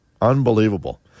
unbelievable